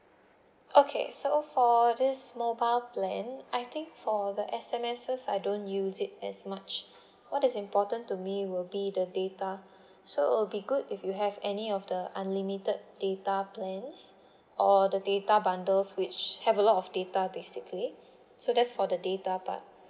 okay so for this mobile plan I think for the S_M_S I don't use it as much what is important to me will be the data so will be good if you have any of the unlimited data plans or the data bundles which have a lot of data basically so that's for the data part